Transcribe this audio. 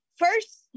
First